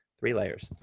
three layers.